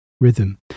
rhythm